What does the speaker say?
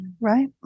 right